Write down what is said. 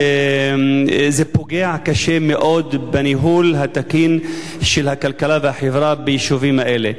זה פוגע קשה מאוד בניהול התקין של הכלכלה והחברה ביישובים האלה.